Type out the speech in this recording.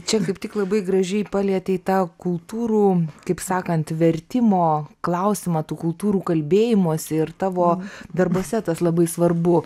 čia kaip tik labai gražiai palietei tą kultūrų kaip sakant vertimo klausimą tų kultūrų kalbėjimosi ir tavo darbuose tas labai svarbu